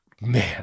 man